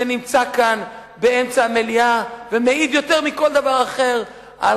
שנמצא כאן באמצע המליאה ומעיד יותר מכל דבר אחר על